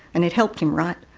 and it helped him, right?